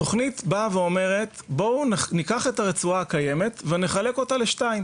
התוכנית באה ואומרת בואו ניקח את הרצועה הקיימת ונחלק אותה לשתיים